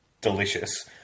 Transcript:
delicious